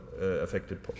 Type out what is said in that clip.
affected